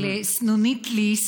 של סנונית ליס,